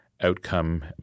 outcome